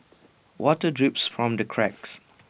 water drips from the cracks